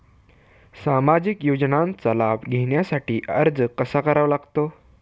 सामाजिक योजनांचा लाभ घेण्यासाठी अर्ज कसा करावा लागतो?